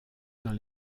dans